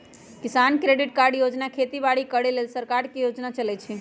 किसान credit card योजना खेती बाड़ी करे लेल सरकार के योजना चलै छै